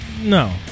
No